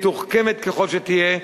מתוחכמת ככל שתהיה,